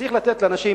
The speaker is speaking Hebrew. צריך לתת לאנשים